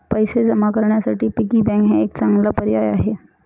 पैसे जमा करण्यासाठी पिगी बँक हा एक चांगला पर्याय आहे